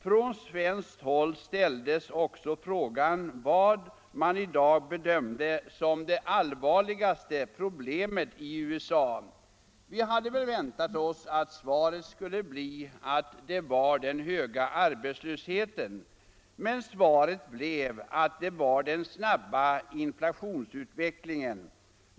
Från svenskt håll ställdes frågan vad man i dag bedömde som det allvarligaste problemet i USA. Vi hade väl väntat oss att svaret skulle bli att det var den höga arbetslösheten, men det blev att det var den snabba inflationsutvecklingen.